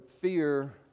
fear